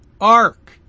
ark